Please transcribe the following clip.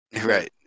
Right